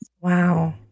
Wow